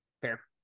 Fair